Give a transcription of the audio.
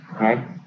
right